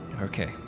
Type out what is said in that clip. okay